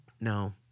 no